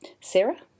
Sarah